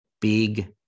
big